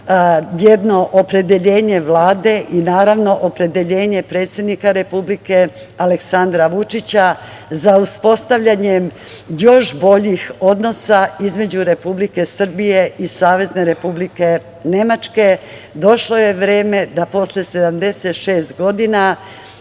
jedno opredeljenje Vlade i naravno opredeljenje predsednika Republike Aleksandra Vučića za uspostavljanjem još boljih odnosa između Republike Srbije i Savezne Republike Nemačke. Došlo je vreme da posle 76 godina